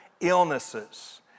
illnesses